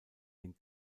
den